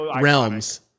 realms